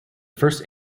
first